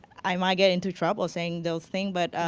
i might get into trouble saying those things. but,